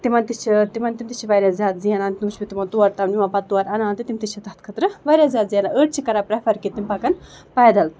تِمَن تہِ چھِ تِمَن تِم تہِ چھِ واریاہ زیادٕ زینان تِم چھِ تِمَن تور تام نِوان پَتہٕ تورٕ اَنان تہِ تِم تہِ چھِ تَتھ خٲطرٕ واریاہ زیادٕ زینان أڑۍ چھِ کَران پرٛٮ۪فر کہِ تِم پَکَن پَایدٕلۍ